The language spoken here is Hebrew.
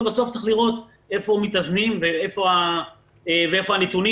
ובסוף צריך לראות איפה מתאזנים ואיפה הנתונים